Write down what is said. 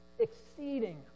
exceeding